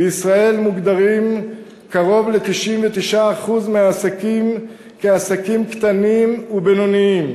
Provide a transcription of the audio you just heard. בישראל מוגדרים קרוב ל-99% מהעסקים כעסקים קטנים ובינוניים,